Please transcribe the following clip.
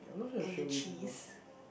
and the cheese